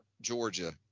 Georgia